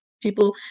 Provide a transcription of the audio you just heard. people